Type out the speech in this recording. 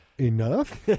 enough